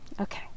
okay